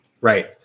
Right